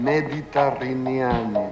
Mediterranean